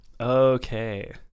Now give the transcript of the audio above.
Okay